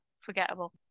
forgettable